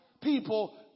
people